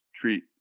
treat